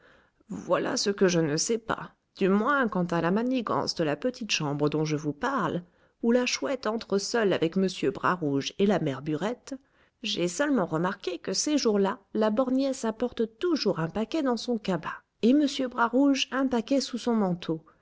voilà ce que je ne sais pas du moins quant à la manigance de la petite chambre dont je vous parle où la chouette entre seule avec m bras rouge et la mère burette j'ai seulement remarqué que ces jours-là la borgnesse apporte toujours un paquet dans son cabas et m bras rouge un paquet sous son manteau